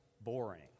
boring